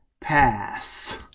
pass